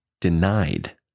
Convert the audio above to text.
denied